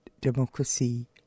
democracy